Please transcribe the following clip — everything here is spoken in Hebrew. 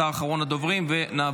חבר הכנסת נאור